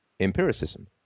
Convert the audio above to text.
empiricism